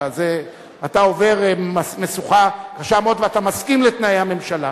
אתה עובר משוכה קשה מאוד ואתה מסכים לתנאי הממשלה,